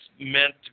meant